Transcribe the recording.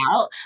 out